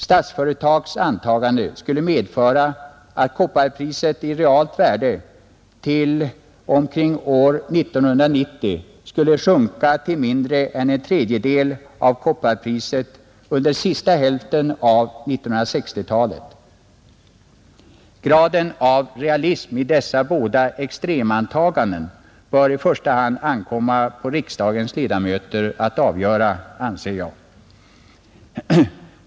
Statsföretags antagande skulle innebära att kopparpriset i realt värde till omkring år 1990 skulle sjunka till mindre än en tredjedel av kopparpriset under sista hälften av 1960-talet. Graden av realism i dessa båda extremantaganden bör enligt min uppfattning i första hand vara en fråga som det ankommer på riksdagens ledamöter att avgöra.